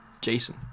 Jason